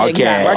Okay